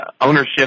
ownership